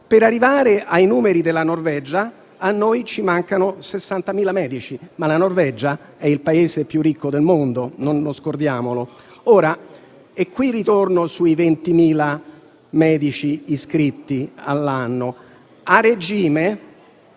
Per arrivare ai numeri della Norvegia a noi mancano 60.000 medici. La Norvegia, però, è il Paese più ricco del mondo, non dimentichiamolo. E qui ritorno ai 20.000 medici iscritti all'anno. A regime,